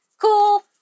Cool